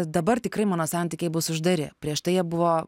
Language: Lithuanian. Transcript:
dabar tikrai mano santykiai bus uždari prieš tai jie buvo